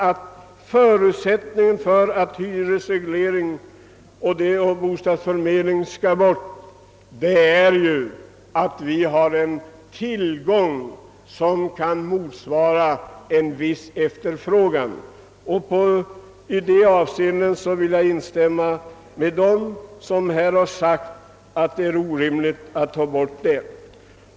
En förutsättning för att hyresregleringen och bostadsförmedlingen skall kunna avskaffas är att vi har en tillgång på bostäder som motsvarar efterfrågan.